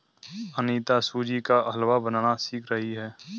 अनीता सूजी का हलवा बनाना सीख रही है